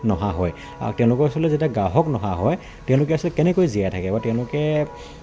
নহা হয় আৰু তেওঁলোকৰ ওচৰলৈ যেতিয়া গ্ৰাহক নহা হয় তেওঁলোকে আচলতে কেনেকৈ জীয়াই থাকে বা তেওঁলোকে